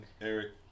Eric